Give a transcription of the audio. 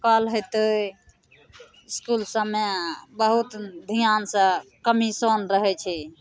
अकिल हेतै इसकुल सबमे बहुत धिआनसे कमीशन रहै छै